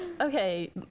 okay